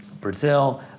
Brazil